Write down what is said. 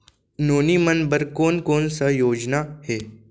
नोनी मन बर कोन कोन स योजना हे?